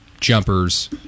jumpers